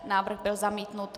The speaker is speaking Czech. Návrh byl zamítnut.